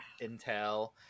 intel